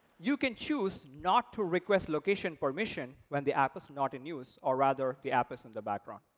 you can choose not to request location permission when the app is not in use, or rather, if the app is in the background.